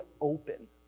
open